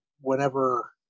whenever